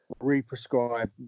re-prescribe